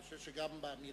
אני חושב שגם בזה